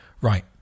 right